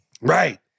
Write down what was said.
Right